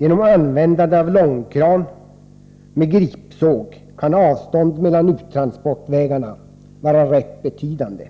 Genom användande av långkran med gripsåg kan man göra avståndet mellan uttransportvägarna rätt betydande.